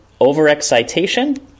overexcitation